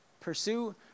pursue